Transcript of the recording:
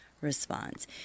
response